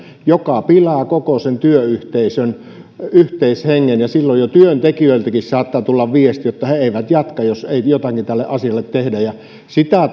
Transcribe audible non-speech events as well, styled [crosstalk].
joka pilaa koko sen työyhteisön yhteishengen ja silloin jo työntekijöiltäkin saattaa tulla viestiä että he he eivät jatka jos ei jotakin tälle asialle tehdä ja sitä [unintelligible]